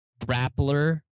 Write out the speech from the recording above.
grappler